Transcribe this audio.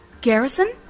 Garrison